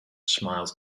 smiled